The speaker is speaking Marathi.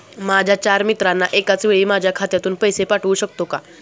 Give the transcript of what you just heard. माझ्या चार मित्रांना एकाचवेळी माझ्या खात्यातून पैसे पाठवू शकतो का?